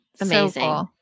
Amazing